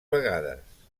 vegades